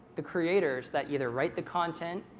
the creators that either write the content,